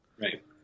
right